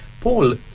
Paul